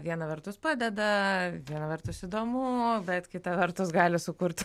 viena vertus padeda viena vertus įdomu bet kita vertus gali sukurti